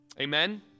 Amen